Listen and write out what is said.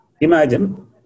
Imagine